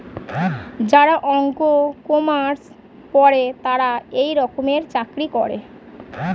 যারা অঙ্ক, কমার্স পরে তারা এই রকমের চাকরি করে